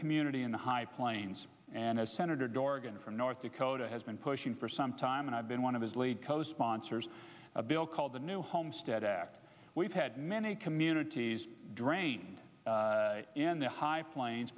community in the high plains and as senator dorgan from north dakota has been pushing for some time and i've been one of his lead co sponsors a bill called the new homestead act we've had many communities drained in the high plains